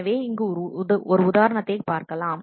எனவே இங்கு ஒரு உதாரணத்தைப் பார்க்கலாம்